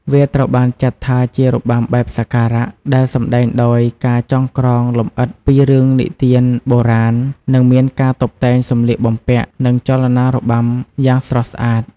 វាត្រូវបានចាត់ថាជារបាំបែបសក្ការៈ ដែលសម្តែងដោយការចងក្រងលំអិតពីរឿងនិទានបុរាណ និងមានការតុបតែងសម្លៀកបំពាក់ និងចលនារបាំយ៉ាងស្រស់ស្អាត។